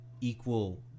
equal